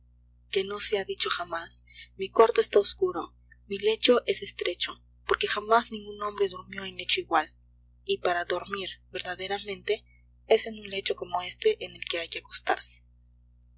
que no sea dicho jamás mi cuarto está oscuro mi lecho es estrecho porque jamás ningún hombre durmió en lecho igual y para dormir verdaderamente es en un lecho como éste en el que hay que acostarse